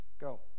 Go